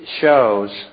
shows